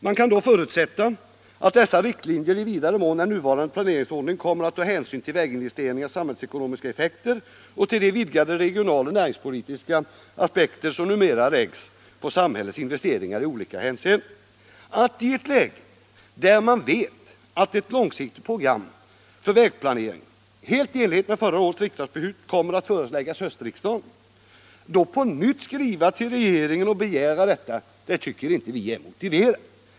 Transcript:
Man kan då förutsätta att dessa riktlinjer i vidare mån än nuvarande planeringsordning kommer att ta hänsyn till väginvesteringarnas samhällsekonomiska effekter och till de vidgade regionaloch näringspolitiska aspekter som numera läggs på samhällets investeringar i olika hänseenden. Att i ett läge, där man vet att ett långsiktigt program för vägplaneringen helt i enlighet med förra årets riksdagsbeslut kommer att föreläggas höstriksdagen, på nytt skriva till regeringen och begära detta tycker vi inte är motiverat.